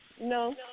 No